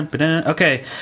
Okay